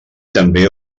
també